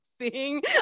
seeing